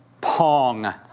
Pong